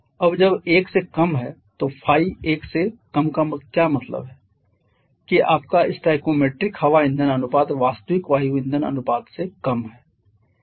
अब जब 1 से कम है तो ϕ 1 से कम का मतलब है कि आपका स्टोइकोमेट्रिक हवा ईंधन अनुपात वास्तविक वायु ईंधन अनुपात से कम है